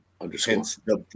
underscore